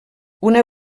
una